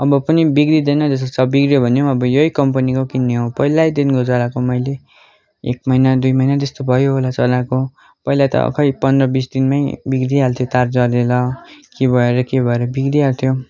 अब पनि बिग्रिँदैन जस्तो छ बिग्रियो भने पनि अब यी कम्पनीको किन्ने हो पहिल्यैदेखिको चलाएको मैले एक महिना दुई महिना जस्तो भयो होला चलाएको पहिला त खै पन्ध्र बिस दिनमै बिग्रिहाल्थ्यो तार जलेर के भएर के भएर बिग्रिहाल्थ्यो